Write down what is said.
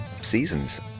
seasons